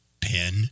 pen